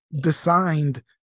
designed